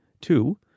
Two